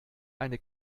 eine